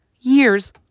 years